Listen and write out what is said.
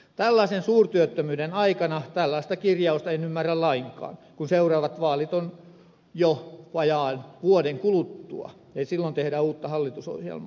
tällaisen suurtyöttömyyden aikana tällaista kirjausta en ymmärrä lainkaan kun seuraavat vaalit ovat jo vajaan vuoden kuluttua eli silloin tehdään uutta hallitusohjelmaa